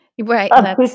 Right